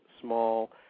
small